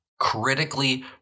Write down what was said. Critically